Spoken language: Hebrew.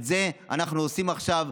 את זה אנחנו עושים עכשיו,